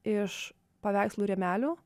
iš paveikslų rėmelių